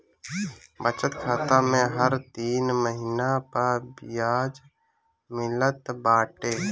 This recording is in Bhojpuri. बचत खाता में हर तीन महिना पअ बियाज मिलत बाटे